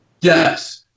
Yes